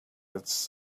its